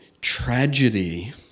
tragedy